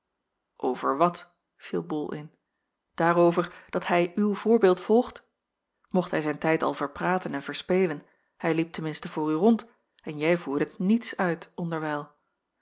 over wat viel bol in daarover dat hij uw voorbeeld volgt mocht hij zijn tijd al verpraten en verspelen hij liep ten minste voor u rond en jij voerdet niets uit onderwijl